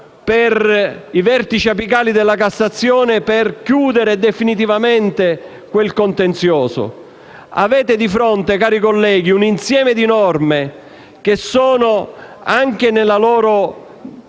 anno i vertici apicali della Cassazione per chiudere definitivamente quel contenzioso. Avete di fronte un insieme di norme che sono, anche nella loro